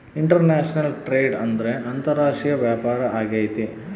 international trade ಅಂದ್ರೆ ಅಂತಾರಾಷ್ಟ್ರೀಯ ವ್ಯಾಪಾರ ಆಗೈತೆ